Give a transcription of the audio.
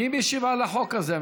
מי משיב על החוק הזה?